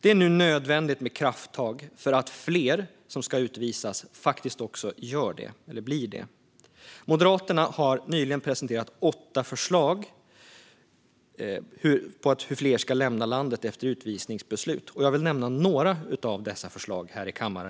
Det är nu nödvändigt med krafttag för att fler som ska utvisas faktiskt också utvisas. Moderaterna har nyligen presenterat åtta förslag för hur fler ska lämna landet efter utvisningsbeslut. Jag vill här i kammaren i dag nämna några av dessa.